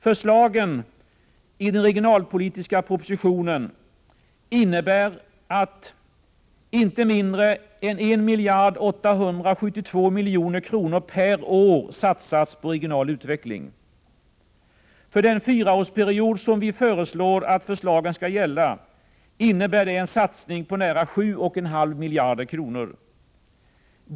Förslagen i den regionalpolitiska propositionen innebär att inte mindre än 1 872 milj.kr. per år satsas på regional utveckling. För den fyraårsperiod som vi föreslår att förslagen skall gälla innebär det en satsning på nära 7,5 miljarder kronor.